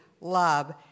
love